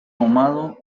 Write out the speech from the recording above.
ahumado